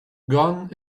gone